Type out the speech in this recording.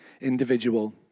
individual